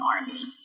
army